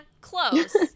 close